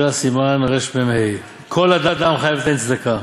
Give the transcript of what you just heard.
סימן רמ"ח: "כל אדם חייב ליתן צדקה,